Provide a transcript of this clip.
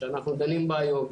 שאנחנו דנים בה היום.